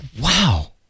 wow